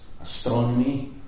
astronomy